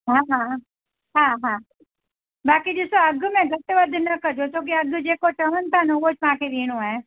हा हा हा हा बाक़ी ॾिसो अघु में घटि वधि न कजो छो की अघु जेको चवनि था न उहो असांखे ॾियणो आहे